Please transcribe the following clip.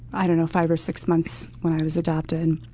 i don't know, five or six months when i was adopted.